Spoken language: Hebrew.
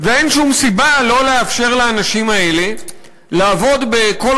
ואין שום סיבה שלא לאפשר לאנשים האלה לעבוד בכל